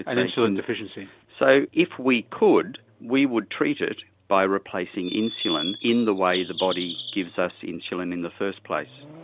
an insulin deficiency. so if we could we would treat it by replacing insulin in the way the body gives us insulin in the first place.